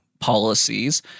policies